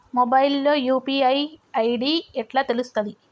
Mobile లో UPI ID ఎట్లా తెలుస్తది?